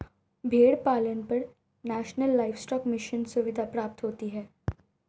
भेड़ पालन पर नेशनल लाइवस्टोक मिशन सुविधा प्राप्त होती है